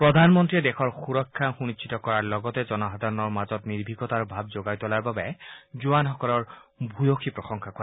প্ৰধানমন্ত্ৰীয়ে দেশৰ সুৰক্ষা সুনিশ্চিত কৰাৰ লগতে জনসাধাৰণৰ মাজত নিৰ্ভীকতাৰ ভাৱ জগাই তোলাৰ বাবে জোৱানসকলৰ ভূয়য়ী প্ৰশংসা কৰে